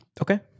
Okay